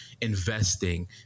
Investing